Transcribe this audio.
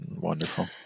Wonderful